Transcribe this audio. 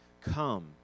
Come